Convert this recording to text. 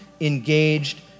engaged